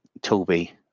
Toby